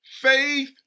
Faith